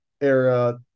era